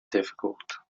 difficult